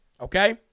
okay